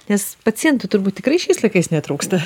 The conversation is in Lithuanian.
nes pacientų turbūt tikrai šiais laikais netrūksta